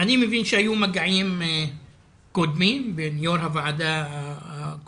אני מבין שהיו מגעים קודמים בין יו"ר הוועדה הקודמת,